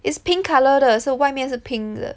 it's pink colour 的 so 外面是 pink 的